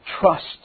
trust